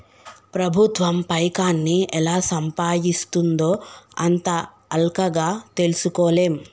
ప్రభుత్వం పైకాన్ని ఎలా సంపాయిస్తుందో అంత అల్కగ తెల్సుకోలేం